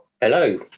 Hello